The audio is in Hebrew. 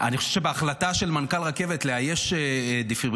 אני חושב שבהחלטה של מנכ"ל רכבת לצייד בדפיברילטורים,